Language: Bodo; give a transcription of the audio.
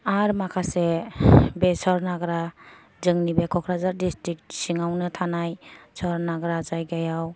आर माखासे बेसर नाग्रा जोंनि बे क'क्राझार डिस्ट्रिक सिङावनो थानाय सर नाग्रा जायगायाव